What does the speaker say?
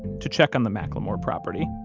to check on the mclemore property.